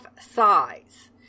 size